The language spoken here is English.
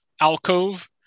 alcove